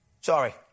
Sorry